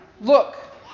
Look